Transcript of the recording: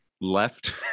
left